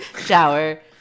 shower